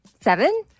Seven